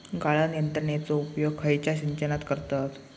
गाळण यंत्रनेचो उपयोग खयच्या सिंचनात करतत?